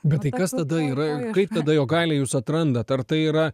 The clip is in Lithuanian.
bet tai kas tada yra kaip tada jogaile jūs atrandat ar tai yra